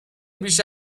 بیش